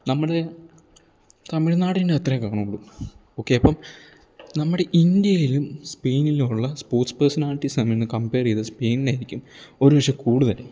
നമ്മുടെ തമിഴ്നാടിൻ്റെ അത്രയും കാണുള്ളൂ ഓക്കെ അപ്പം നമ്മുടെ ഇന്ത്യയിലും സ്പെയിനിലുള്ള സ്പോർട്സ് പേഴ്സണാലിറ്റിസ് തമ്മിൽ ഒന്ന് കംപയർ ചെയ്താൽ സ്പെയിനിനായിരിക്കും ഒരു പക്ഷെ കൂടുതൽ